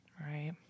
right